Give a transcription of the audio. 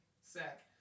sack